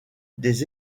des